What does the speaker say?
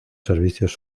servicios